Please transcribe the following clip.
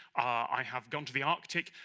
i have gone to the arctic,